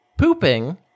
pooping